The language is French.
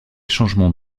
changements